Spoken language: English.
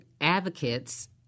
advocates